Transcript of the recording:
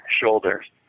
shoulders